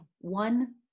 one